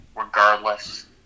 Regardless